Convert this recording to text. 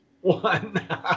one